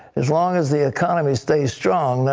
as long as the economy stays strong,